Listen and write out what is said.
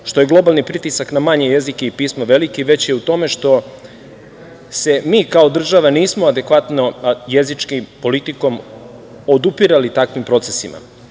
što je globalni pritisak na manje jezike i pismo veliki, već je u tome što se mi kao država nismo adekvatno jezički, politikom odupirali takvim procesima. Čini